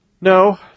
No